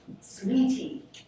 sweetie